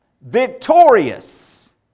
victorious